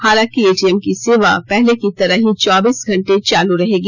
हालाँकि एटीएम की सेवा पहले की तरह ही चौबीस घंटे चालू रहेगी